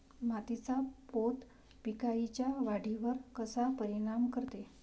मातीचा पोत पिकाईच्या वाढीवर कसा परिनाम करते?